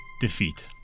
Defeat